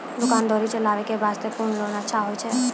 दुकान दौरी चलाबे के बास्ते कुन लोन अच्छा होय छै?